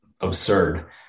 absurd